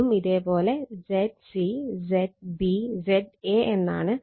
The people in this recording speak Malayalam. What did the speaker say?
അതും ഇതേ പോലെ Zc Zb Za എന്നാണ്